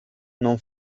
non